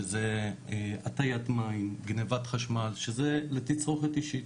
שזה הטיית מים, גניבת חשמל, שזה לתצרוכת אישית.